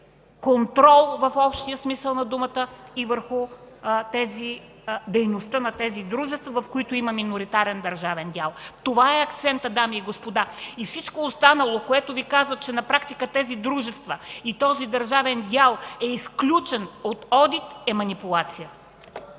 контрол, в общия смисъл на думата, върху дейността на тези дружества, в които има миноритарен държавен дял. Това е акцентът, дами и господа. Всичко останало, което Ви казват, че на практика тези дружества и този държавен дял е изключен от одит, е манипулация.